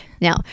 Now